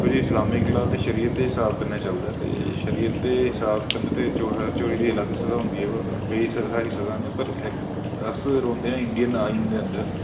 दिक्खो जी Islamic law ते शरीयत दे स्हाब कन्नै चलदा ते शरीयत दे स्हाब कन्नै ते चोरी दी अलग स'ज़ा होंदी ऐ करी सकदा पर अस रौंहदे आं इंडियन आइन दे अंदर